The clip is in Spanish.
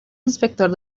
inspector